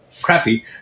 crappy